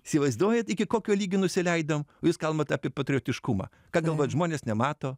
įsivaizduojat iki kokio lygio nusileidom o jūs kalbat apie patriotiškumą ką galvojat žmonės nemato